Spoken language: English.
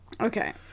Okay